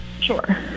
Sure